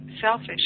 selfish